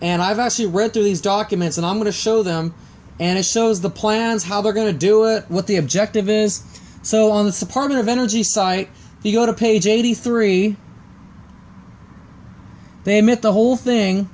and i've actually read through these documents and i'm going to show them and it shows the plans how they're going to do it what the objective is so on the support of energy site they go to page eighty three they admit the whole thing